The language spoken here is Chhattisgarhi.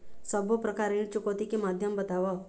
सब्बो प्रकार ऋण चुकौती के माध्यम बताव?